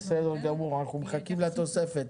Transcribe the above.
בסדר גמור, אנחנו מחכים לתוספת.